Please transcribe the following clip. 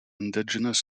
indigenous